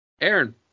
Aaron